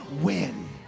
win